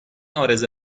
عارضه